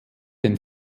den